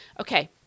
Okay